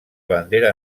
bandera